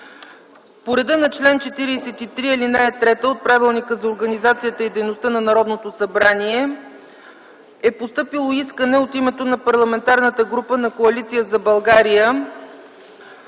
По реда на чл. 43, ал. 3 от Правилника за организацията и дейността на Народното събрание е постъпило искане от името на Парламентарната група на Коалиция за България,